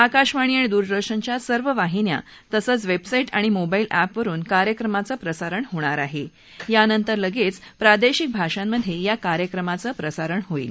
आकाशवाणी आणि दूरदर्शनच्या सर्व वाहिन्या तसंच वेबसाईट आणि मोबा ऊ अँपवरून कार्यक्रमाचं प्रसारण होणार आहे यानंतर लगेच प्रादेशिक भाषांमध्ये या कार्यक्रमाचा प्रसारण होईल